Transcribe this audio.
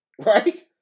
right